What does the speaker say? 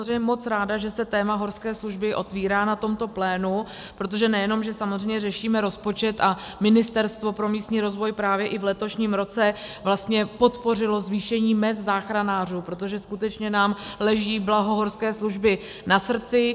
Jsem samozřejmě moc ráda, že se téma horské služby otvírá na tomto plénu, protože nejen že samozřejmě řešíme rozpočet, a Ministerstvo pro místní rozvoj právě i v letošním roce podpořilo zvýšení mezd záchranářů, protože skutečně nám leží blaho horské služby na srdci.